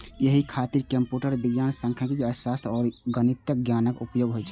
एहि खातिर कंप्यूटर विज्ञान, सांख्यिकी, अर्थशास्त्र आ गणितक ज्ञानक उपयोग होइ छै